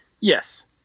Yes